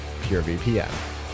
purevpn